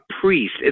priest